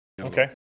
okay